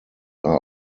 are